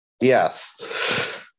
Yes